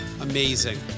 Amazing